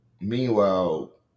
Meanwhile